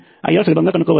IRసులభంగా కనుక్కోవచ్చు